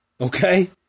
Okay